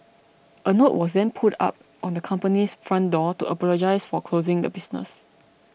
a note was then put up on the company's front door to apologise for closing the business